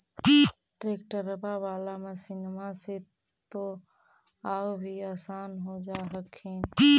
ट्रैक्टरबा बाला मसिन्मा से तो औ भी आसन हो जा हखिन?